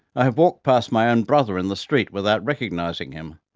i have walked past my own brother in the street without recognizing him.